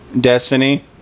Destiny